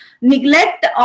neglect